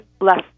less